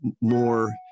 more